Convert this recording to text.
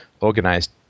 organized